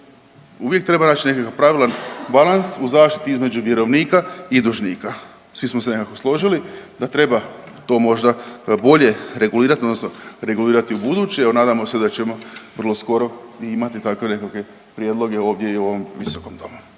Uvijek treba nać nekakav pravilan balans u zaštiti između vjerovnika i dužnika. Svi smo se nekako složili da treba to možda bolje regulirat odnosno regulirati ubuduće. Evo nadamo se da ćemo vrlo skoro i imati takve nekakve prijedloge ovdje i u ovom visokom domu.